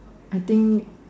I think